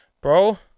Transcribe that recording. Bro